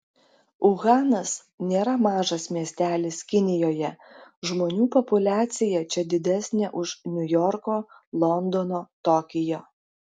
uhanas nėra mažas miestelis kinijoje žmonių populiacija čia didesnė už niujorko londono tokijo